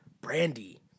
Brandy